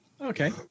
Okay